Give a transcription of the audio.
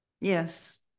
Yes